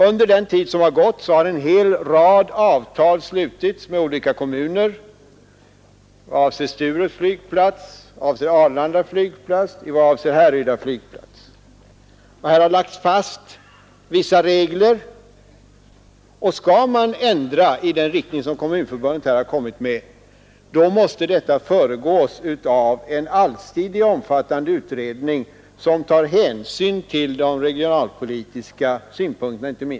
Under den tid som gått har en hel rad avtal slutits med olika kommuner — jag avser Sturups, Arlanda och Härryda flygplatser. Här har lagts fast vissa regler. Skall man ändra i den riktning som Kommunförbundet här föreslagit, måste detta föregås av en allsidig omfattande utredning som tar hänsyn inte minst till de regionalpolitiska synpunkterna.